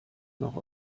noch